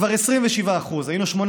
מועסקות בירושלים, כבר 27%, היינו 18%,